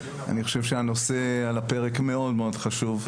אני חושב שהנושא על הפרק מאוד מאוד חשוב.